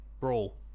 Brawl